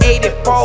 84